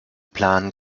plan